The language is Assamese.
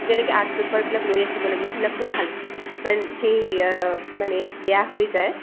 যেনেকৈ আৰ্ট পেপাৰবিলাক লৈ আহিব লাগিব সেইবিলাকতো ভালকৈ মানে সেই মানে বেয়া হৈ যায়